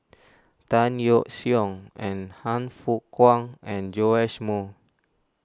Tan Yeok Seong and Han Fook Kwang and Joash Moo